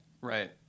Right